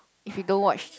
if you don't watch